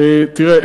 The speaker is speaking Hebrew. תראה,